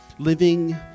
Living